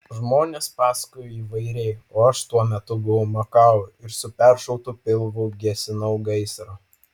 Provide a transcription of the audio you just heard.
žmonės pasakojo įvairiai o aš tuo metu buvau makao ir su peršautu pilvu gesinau gaisrą